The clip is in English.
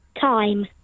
Time